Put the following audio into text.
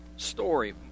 story